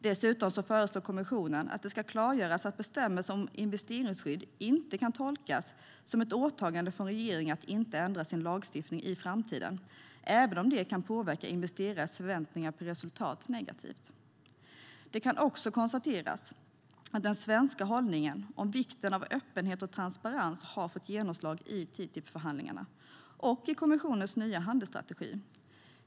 Dessutom föreslår kommissionen att det ska klargöras att bestämmelser om investeringsskydd inte ska kunna tolkas som ett åtagande från regeringar att inte ändra sin lagstiftning i framtiden, även om det kan påverka investerares förväntningar på resultat negativt. Det kan också konstateras att den svenska hållningen om vikten av öppenhet och transparens har fått genomslag i TTIP-förhandlingarna och i kommissionens nya handelsstrategi.